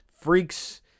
freaks